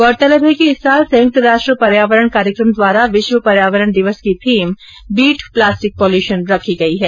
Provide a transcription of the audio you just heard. गौरतलब है कि इस साल संयुक्त राष्ट्र पर्यावरण कार्यक्रम द्वारा विश्व पर्यावरण दिवस की थीम बीट प्लास्टिक पॉल्यूशन रखी गयी है